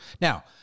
Now